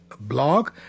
Blog